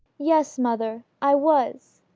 yes, mother, i was.